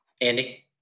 Andy